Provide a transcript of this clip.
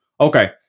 Okay